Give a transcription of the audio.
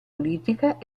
politica